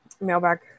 mailbag